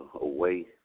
away